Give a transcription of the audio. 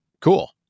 cool